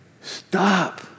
stop